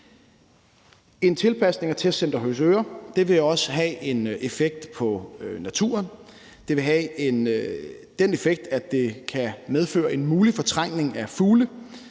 En tilpasning af Testcenter Høvsøre vil også have en effekt på naturen. Det vil have den effekt, at det kan medføre en mulig fortrængning af fugle,